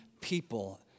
people